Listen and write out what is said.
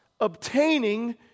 obtaining